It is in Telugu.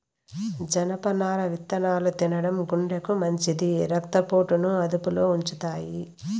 జనపనార విత్తనాలు తినడం గుండెకు మంచిది, రక్త పోటును అదుపులో ఉంచుతాయి